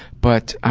but